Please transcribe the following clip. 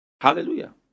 Hallelujah